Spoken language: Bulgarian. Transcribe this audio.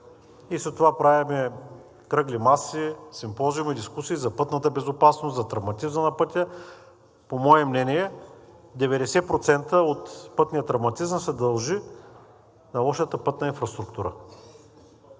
и след това правим кръгли маси, симпозиуми, дискусии за пътната безопасност, за травматизъм на пътя. По мое мнение 90% от пътния травматизъм се дължи на лошата пътна инфраструктура.